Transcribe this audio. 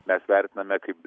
mes vertiname kaip